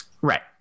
right